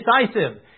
decisive